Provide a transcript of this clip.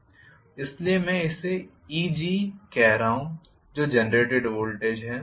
इसलिए मैं इसे Eg कह रहा हूं जो जेनरेटेड वोल्टेज है